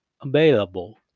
available